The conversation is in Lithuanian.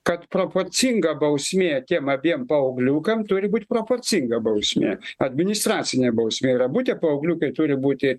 kad proporcinga bausmė tiem abiem paaugliukam turi būt proporcinga bausmė administracinė bausmė ir abu tie paaugliukai turi būti